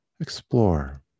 Explore